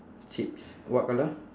chips what colour